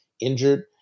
injured